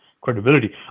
credibility